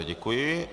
Děkuji.